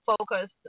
focus